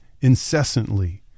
incessantly